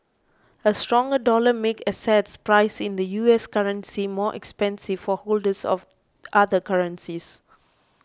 a stronger dollar makes assets priced in the U S currency more expensive for holders of other currencies